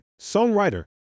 songwriter